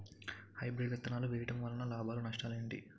Hybrid విత్తనాలు వేయటం వలన లాభాలు నష్టాలు ఏంటి?